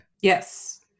Yes